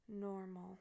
Normal